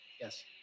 Yes